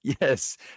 Yes